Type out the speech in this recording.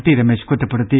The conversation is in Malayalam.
ടി രമേശ് കുറ്റപ്പെടുത്തി